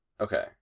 okay